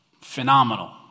phenomenal